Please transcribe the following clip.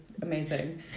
amazing